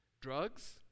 Drugs